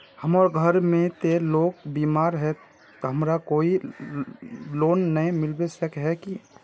हमर घर में ते लोग बीमार है ते हमरा कोई लोन नय मिलबे सके है की?